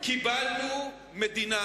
קיבלנו מדינה